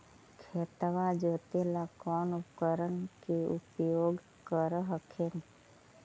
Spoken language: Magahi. खेतबा जोते ला कौन उपकरण के उपयोग कर हखिन?